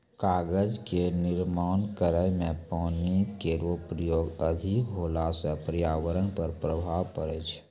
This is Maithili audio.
कागज क निर्माण करै म पानी केरो प्रयोग अधिक होला सँ पर्यावरण पर प्रभाव पड़ै छै